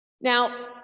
Now